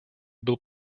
был